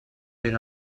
per